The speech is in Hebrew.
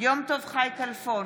יום טוב חי כלפון,